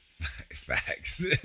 Facts